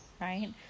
right